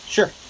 Sure